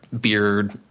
beard